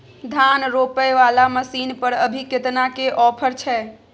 धान रोपय वाला मसीन पर अभी केतना के ऑफर छै?